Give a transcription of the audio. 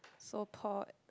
so Paul